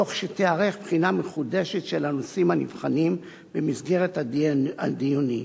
תוך שתיערך בחינה מחודשת של הנושאים הנבחנים במסגרת הדין הדיוני.